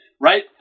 right